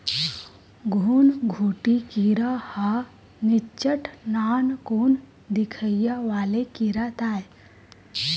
घुनघुटी कीरा ह निच्चट नानकुन दिखइया वाले कीरा ताय